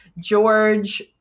George